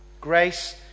grace